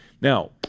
Now